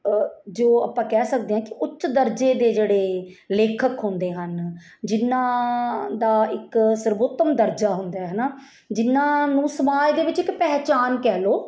ਜੋ ਆਪਾਂ ਕਹਿ ਸਕਦੇ ਹਾਂ ਕਿ ਉੱਚ ਦਰਜੇ ਦੇ ਜਿਹੜੇ ਲੇਖਕ ਹੁੰਦੇ ਹਨ ਜਿਹਨਾਂ ਦਾ ਇੱਕ ਸਰਵੋਤਮ ਦਰਜਾ ਹੁੰਦਾ ਹੈ ਨਾ ਜਿਹਨਾਂ ਨੂੰ ਸਮਾਜ ਦੇ ਵਿੱਚ ਇੱਕ ਪਹਿਚਾਣ ਕਹਿ ਲਓ